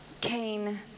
Cain